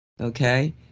Okay